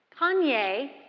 Kanye